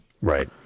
Right